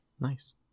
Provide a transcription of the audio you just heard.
Nice